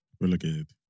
Relegated